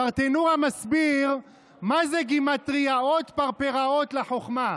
הברטנורא מסביר מה זה "גימטריאות פרפראות לחוכמה".